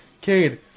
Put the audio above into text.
Cade